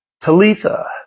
Talitha